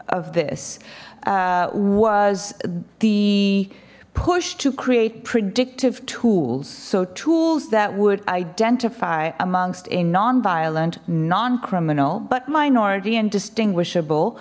of this was the push to create predictive tools so tools that would identify amongst a non violent non criminal but minority and distinguishable